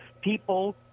People